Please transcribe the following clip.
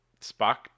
spock